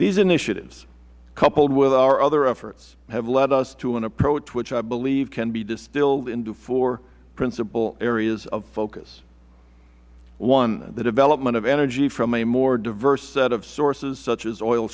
these initiatives coupled with our other efforts have led us to an approach which i believe can be distilled into four principal areas of focus one the development of energy from a more diverse set of sources such as oil